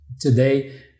today